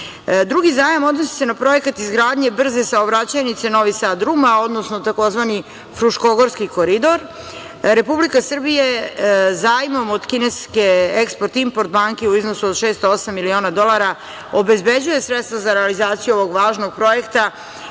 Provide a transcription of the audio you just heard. zajam odnosi se na projekat izgradnje brze saobraćajnice Novi Sad – Ruma, odnosno tzv. Fruškogorski koridor. Republika Srbija je zajmom od kineske Eksport-Import banke u iznosu od 608 miliona dolara obezbeđuje sredstva za realizaciju ovog važnog projekta